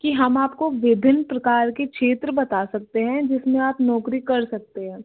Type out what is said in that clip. हम आपको विभिन्न प्रकार के क्षेत्र बता सकते है जिसमें आप नौकरी कर सकते हैं